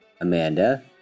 Amanda